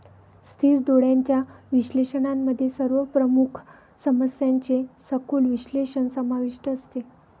स्थिर डोळ्यांच्या विश्लेषणामध्ये सर्व प्रमुख समस्यांचे सखोल विश्लेषण समाविष्ट असते